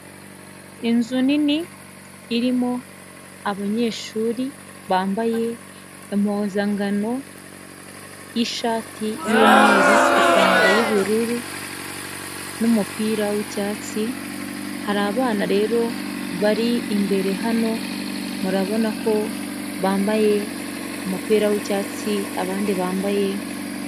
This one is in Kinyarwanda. Inzu nini irimo abanyeshuri bambaye impuzangano y'ishati y'umweru, ipantaro y'ubururu n'umupira w'icyatsi, hari abana rero bari imbere hano murabona ko bambaye umupira w'icyatsi abandi bambaye.